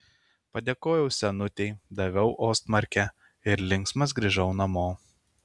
padėkojau senutei daviau ostmarkę ir linksmas grįžau namo